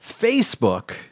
Facebook